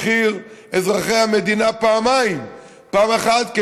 אזרחי המדינה משלמים את המחיר,